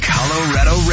Colorado